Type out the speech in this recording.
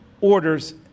orders